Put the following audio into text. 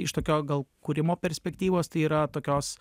iš tokio gal kūrimo perspektyvos tai yra tokios